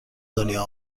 دنیا